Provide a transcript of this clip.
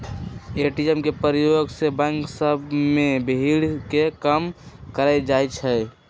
ATM के प्रयोग से बैंक सभ में भीड़ के कम कएल जाइ छै